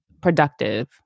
productive